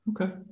Okay